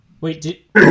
Wait